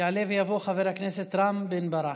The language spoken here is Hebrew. יעלה ויבוא חבר הכנסת רם בן ברק.